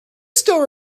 still